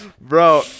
bro